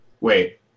wait